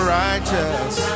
righteous